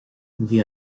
bhí